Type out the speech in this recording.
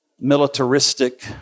militaristic